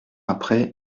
après